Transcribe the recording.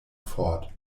fort